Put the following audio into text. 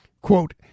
Quote